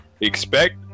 expect